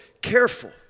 careful